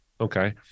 Okay